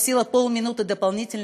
(אומרת דברים בשפה הרוסית,